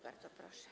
Bardzo proszę.